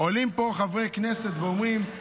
עולים פה חברי כנסת ואומרים: